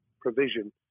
provision